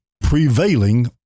prevailing